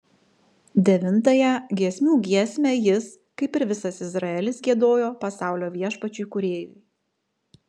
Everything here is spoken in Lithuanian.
devintąją giesmių giesmę jis kaip ir visas izraelis giedojo pasaulio viešpačiui kūrėjui